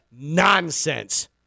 nonsense